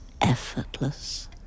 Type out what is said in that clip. effortless